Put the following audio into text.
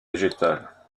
végétales